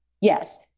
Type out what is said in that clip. Yes